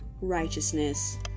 righteousness